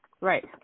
right